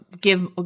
give